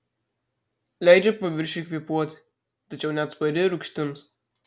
leidžia paviršiui kvėpuoti tačiau neatspari rūgštims